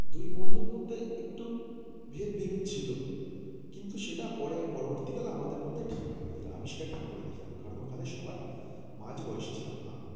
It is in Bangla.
দুই বন্দুর মধ্যে একটু ভেদবিভেদ ছিলো কিন্তু সেটা পরে আর পরবর্তীকালে আমাদের মধ্যে ঠিক হয়ে গেছলো আমি সেটা ঠিক করে দিয়েছিলাম কারণ ওখানে সবার মাঝবয়েসী ছিলাম আমি